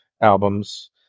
albums